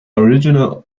original